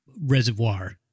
reservoir